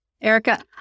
Erica